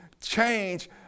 change